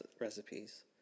recipes